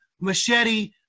machete